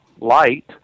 light